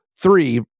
three